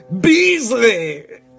Beasley